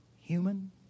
human